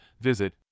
visit